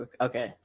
Okay